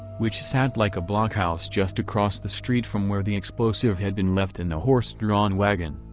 which sat like a blockhouse just across the street from where the explosive had been left in a horse-drawn wagon.